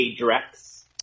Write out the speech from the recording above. Drex